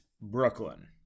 Brooklyn